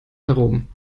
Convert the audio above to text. herum